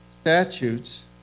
statutes